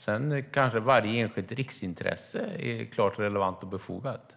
Sedan kanske varje enskilt riksintresse är relevant och befogat.